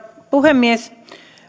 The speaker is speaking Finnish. puhemies